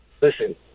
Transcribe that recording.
Listen